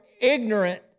ignorant